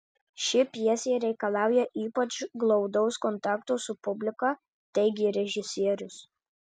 ši pjesė reikalauja ypač glaudaus kontakto su publika teigė režisierius